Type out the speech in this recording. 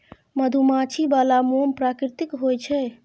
मधुमाछी बला मोम प्राकृतिक होए छै